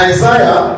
Isaiah